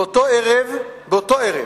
באותו ערב, באותו ערב